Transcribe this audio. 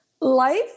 Life